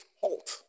halt